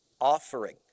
offering